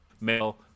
male